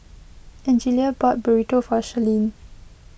Angelia bought Burrito for Shirleen